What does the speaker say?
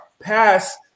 pass